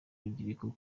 urubyiruko